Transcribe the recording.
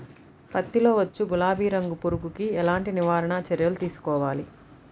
పత్తిలో వచ్చు గులాబీ రంగు పురుగుకి ఎలాంటి నివారణ చర్యలు తీసుకోవాలి?